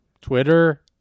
Twitter